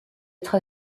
être